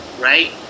right